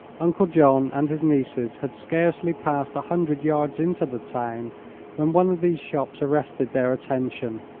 uncle john and his nieces had scarcely passed a hundred yards into the town when one of these shops arrested their attention.